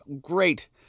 great